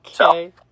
Okay